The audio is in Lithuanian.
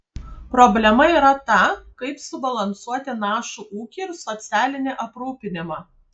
problema yra ta kaip subalansuoti našų ūkį ir socialinį aprūpinimą